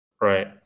Right